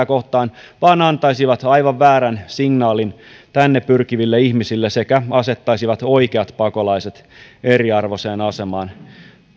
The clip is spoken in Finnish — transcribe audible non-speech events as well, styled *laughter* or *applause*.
*unintelligible* kohtaan vaan antaisivat aivan väärän signaalin tänne pyrkiville ihmisille sekä asettaisivat oikeat pakolaiset eriarvoiseen asemaan